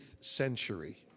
century